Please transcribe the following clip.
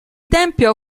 tempio